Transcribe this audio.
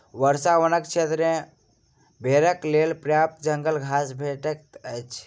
वर्षा वनक क्षेत्र मे भेड़क लेल पर्याप्त जंगल घास भेटैत छै